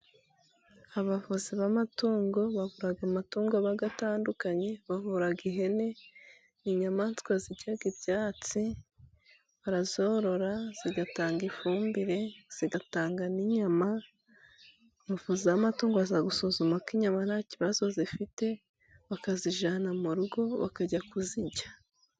Abavuzi b'amatungo bavura amatungo aba atandukanye, bavura ihene ni inyamaswa zirya ibyatsi ,barazorora zigatanga ifumbire, zigatanga n'inyama. Abavuzi b'amatungo baza gusuzumako inyama nta kibazo zifite bakazijyana mu rugo bakajya kuzirya.